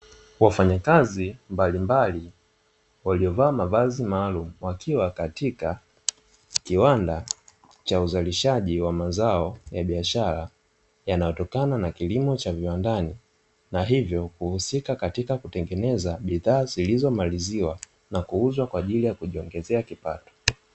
Wafanyakazi mbalimbali waliovaa mavazi maalumu wakiwa katika kiwanda cha uzalishaji wa mazao ya biashara, yanayotokana na kilimo cha viwandani na hivyo kuhusika katika kutengeneza bidhaa zilizomaliziwa na kuuzwa kwa ajili ya kujiongezea kipato.